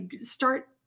start